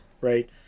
right